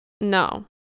No